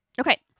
Okay